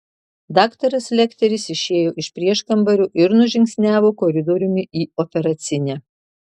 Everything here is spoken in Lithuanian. daktaras lekteris išėjo iš prieškambario ir nužingsniavo koridoriumi į operacinę